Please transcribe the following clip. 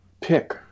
pick